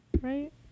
right